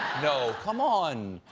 no? come on!